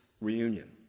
reunion